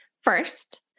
First